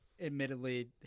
admittedly